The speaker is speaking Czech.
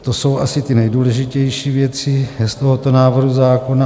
To jsou asi nejdůležitější věci z tohoto návrhu zákona.